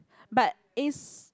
but is